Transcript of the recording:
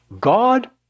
God